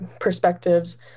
perspectives